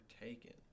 taken